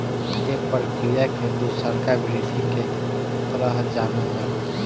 ए प्रक्रिया के दुसरका वृद्धि के तरह जानल जाला